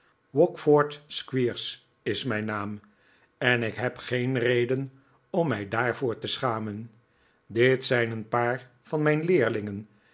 wackford squeers is mijn naam en ik heb geen reden om mij daarvoor te schamen dit zijn een paar van mijn leerlingen